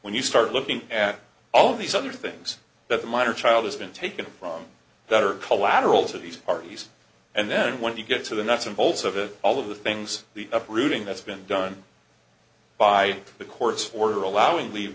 when you start looking at all these other things that the minor child has been taken from that are collateral to these parties and then when you get to the nuts and bolts of it all of the things the uprooting that's been done by the courts for her allowing